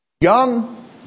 Young